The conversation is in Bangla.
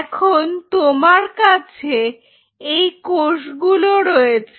এখন তোমার কাছে এই কোষগুলো আছে